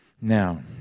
Now